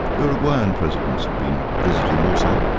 uruguayan presidents have been visiting also,